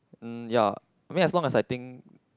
mm ya I mean as long as I think